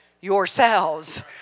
yourselves